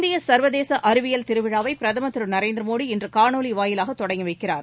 இந்திய சா்வதேச அறிவியல் திருவிழாவை பிரதமா் திரு நரேந்திர மோடி இன்று காணொளி வாயிலாக தொடங்கி வைக்கிறார்